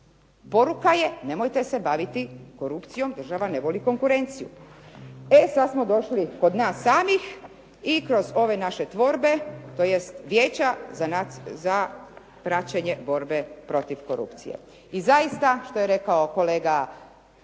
Poruka je, nemojte se baviti korupcijom, država ne voli konkurenciju. E sada smo došli kod nas samih i kroz ove naše tvorbe, tj. vijeća za praćenje borbe protiv korupcije. I zaista što je rekao kolega